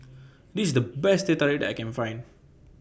This IS The Best Teh Tarik that I Can Find